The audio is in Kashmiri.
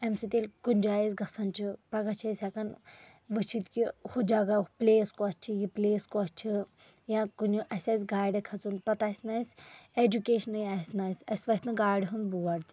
اَمہِ سۭتۍ ییٚلہِ کُنہِ جایہِ ٲسۍ گژھان چھِ پَگہہ چھِ أسۍ ہٮ۪کان وٕچھِتھ کہِ ہُہ جگہہ ہُہ پلیس کۄس چھِ یہِ پلیس کۄس چھ یا کُنہِ اَسہِ آسہِ گاڈٕ کھژُن پَتہٕ آسنہٕ آسہِ ایٚجوٗکیٚشنے آسنہٕ اَسہِ اَسہِ وتھِ نہٕ گاڈِ ہُنٛد بوڑ تہِ